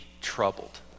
troubled